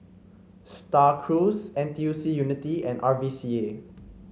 Star Cruise N T U C Unity and R V C A